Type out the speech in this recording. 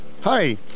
Hi